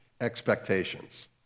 expectations